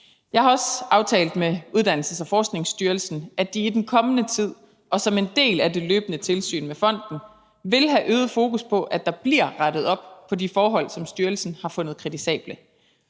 Jeg har også aftalt med Uddannelses- og Forskningsstyrelsen, at de i den kommende tid og som en del af det løbende tilsyn med fonden vil have øget fokus på, at der bliver rettet op på de forhold, som styrelsen har fundet kritisable.